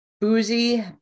Boozy